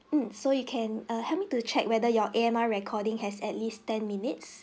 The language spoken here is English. mm so you can err help me to check whether your A_M_R recording has at least ten minutes